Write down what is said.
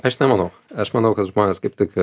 aš nemanau aš manau kad žmonės kaip tik